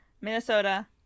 Minnesota